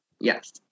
yes